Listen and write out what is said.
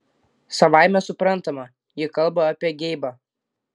savaime suprantama ji kalba apie geibą